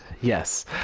Yes